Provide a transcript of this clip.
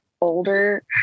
older